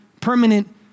permanent